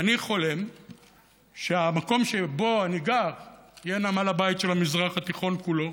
ואני חולם שהמקום שבו אני גר יהיה נמל הבית של המזרח התיכון כולו.